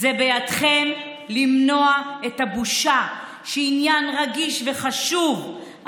בידכם למנוע את הבושה שעניין רגיש וחשוב,